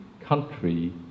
country